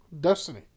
Destiny